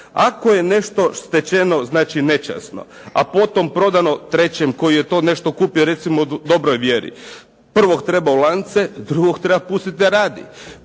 Ako je nešto stečeno znači nečasno, a potom prodano trećem koji je to nešto kupio recimo u dobroj vjeri. Prvog treba u lance, drugog treba pustiti da radi.